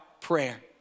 prayer